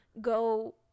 go